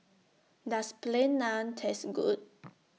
Does Plain Naan Taste Good